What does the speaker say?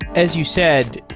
as you said,